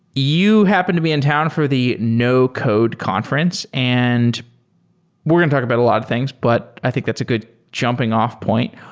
you happen to be in town for the no code conference, and we're going to talk about a lot of things. but i think that's a good jumping-off point.